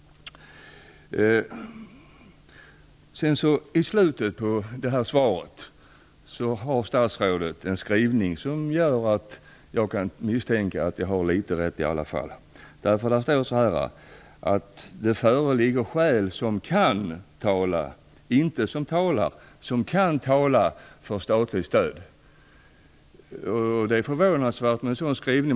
I slutet av svaret skriver statsrådet något som gör att jag anser att jag har litet rätt i alla fall. Hon skriver: "Det föreligger således skäl som kan tala för att utge statligt stöd -." Det står alltså inte att det talar för statligt stöd. Det är förvånansvärt med en sådan skrivning.